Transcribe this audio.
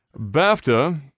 BAFTA